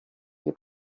nie